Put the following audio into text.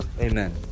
Amen